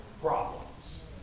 problems